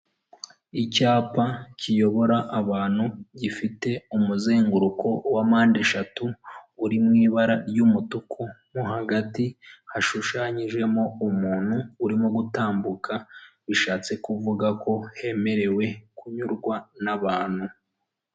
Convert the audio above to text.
Icyapa kiyobora abantu gifite umuzenguruko wa mpande eshatu, uri mu ibara ry'umutuku nko hagati hashushanyijemo umuntu urimo gutambuka, bishatse kuvuga ko hemerewe kunyurwa n'abantu.